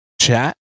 chat